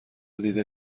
دیده